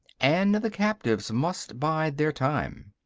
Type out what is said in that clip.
and the captives must bide their time.